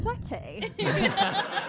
sweaty